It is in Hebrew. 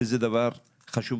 שזה דבר חשוב,